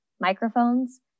microphones